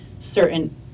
certain